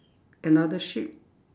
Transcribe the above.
another sheep